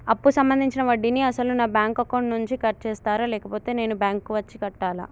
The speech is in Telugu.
అప్పు సంబంధించిన వడ్డీని అసలు నా బ్యాంక్ అకౌంట్ నుంచి కట్ చేస్తారా లేకపోతే నేను బ్యాంకు వచ్చి కట్టాలా?